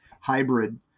hybrid